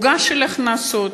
עוגה של הכנסות,